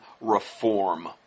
reform